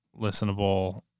listenable